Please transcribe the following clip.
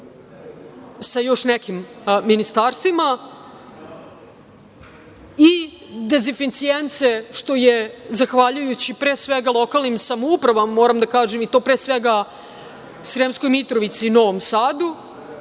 sa još nekim ministarstvima i dezifisijense što je, zahvaljujući pre svega lokalnim samoupravama, to moram da kažem, i to pre svega Sremskoj Mitrovici i Novom Sadu,